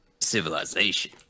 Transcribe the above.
Civilization